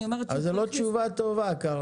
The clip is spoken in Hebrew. אני אומרת שוב --- אז זאת לא תשובה טובה "כרגע",